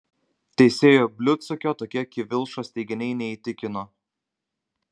teisėjo bliudsukio tokie kivilšos teiginiai neįtikino